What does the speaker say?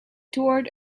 toured